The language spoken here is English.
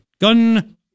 Gun